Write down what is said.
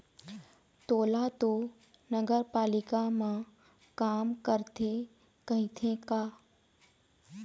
तोला तो नगरपालिका म काम करथे कहिथे का?